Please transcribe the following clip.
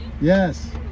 yes